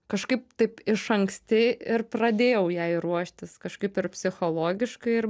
kažkaip taip iš anksti ir pradėjau jai ruoštis kažkaip ir psichologiškai ir